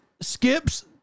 skips